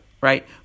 right